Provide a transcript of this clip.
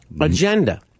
agenda